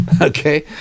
okay